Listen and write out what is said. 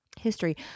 history